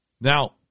Now